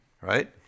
right